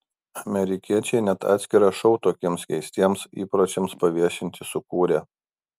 amerikiečiai net atskirą šou tokiems keistiems įpročiams paviešinti sukūrė